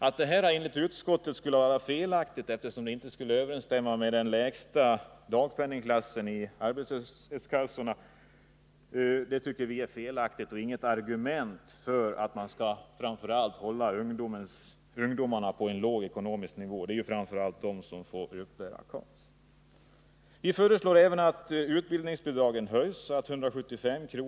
Att detta enligt utskottet skulle vara felaktigt, eftersom det inte skulle överensstämma med den lägsta dagpenningklassen inom arbetslöshetskassorna, tycker vi inte är något argument för att hålla framför allt ungdomarna på en låg ekonomisk nivå. Vi föreslår även att utbildningsbidragen höjs och att 175 kr.